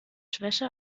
schwäche